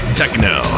techno